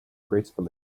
gracefully